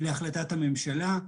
להחלטת הממשלה.